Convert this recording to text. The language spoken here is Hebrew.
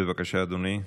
בבקשה, אדוני.